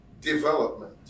development